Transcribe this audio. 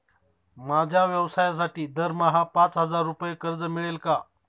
माझ्या व्यवसायासाठी दरमहा पाच हजार रुपये कर्ज मिळेल का?